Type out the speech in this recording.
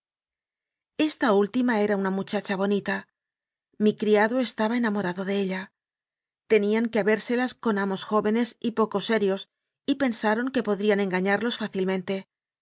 esta última era una muchacha bonita mi criado estaba enamorado de ella tenían que habérselas con amos jóvenes y poco serios y pensaron que po drían engañarlos fácilmente